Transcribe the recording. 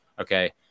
okay